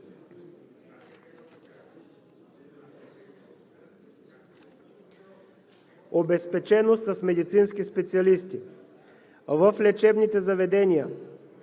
Обезпеченост с медицински специалисти. В лечебните заведения